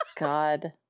god